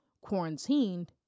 quarantined